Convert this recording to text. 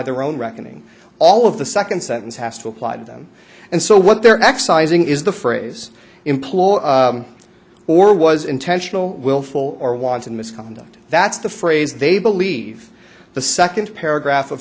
their own reckoning all of the second sentence has to apply to them and so what they're excising is the phrase employed or was intentional willful or wanton misconduct that's the phrase they believe the second paragraph of